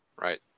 right